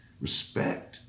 respect